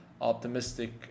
optimistic